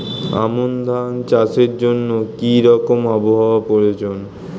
আমন ধান চাষের জন্য কি রকম আবহাওয়া প্রয়োজন?